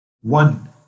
one